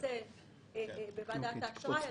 בוועדת האשראי.